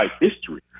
history